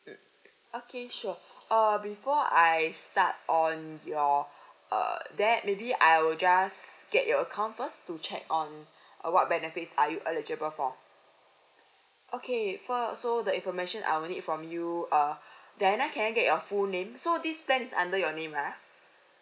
okay sure uh before I start on your err that maybe I will just get your account first to check on uh what benefits are you eligible for okay for so the information I'll need from you uh diana can I get your full name so this plan is under your name ah